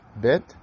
bit